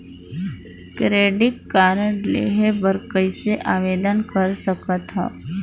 Credit card लेहे बर कइसे आवेदन कर सकथव?